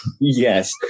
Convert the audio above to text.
Yes